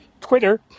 Twitter